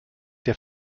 der